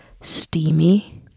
steamy